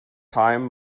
time